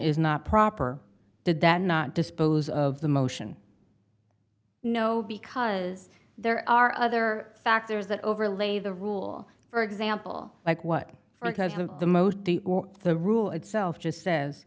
is not proper did that not dispose of the motion no because there are other factors that overlay the rule for example like what for him the most the rule itself just says